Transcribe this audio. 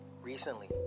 Recently